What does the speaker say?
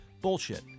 Bullshit